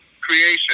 creation